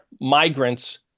migrants